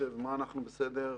מה אנחנו בסדר